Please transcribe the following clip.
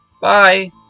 Bye